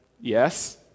yes